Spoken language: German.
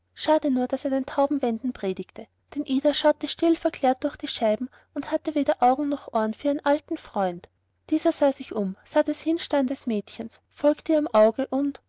schade nur daß er den tauben wänden predigte denn ida schaute stillverklärt durch die scheiben und hatte weder augen noch ohren für ihren alten freund dieser sah sich um sah das hinstarren des mädchens folgte ihrem auge